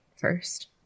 first